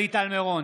שלי טל מירון,